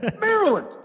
Maryland